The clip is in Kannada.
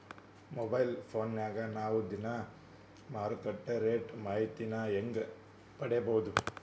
ಮೊಬೈಲ್ ಫೋನ್ಯಾಗ ನಾವ್ ದಿನಾ ಮಾರುಕಟ್ಟೆ ರೇಟ್ ಮಾಹಿತಿನ ಹೆಂಗ್ ಪಡಿಬೋದು?